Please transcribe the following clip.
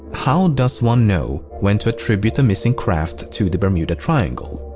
how and does one know when to attribute a missing craft to the bermuda triangle?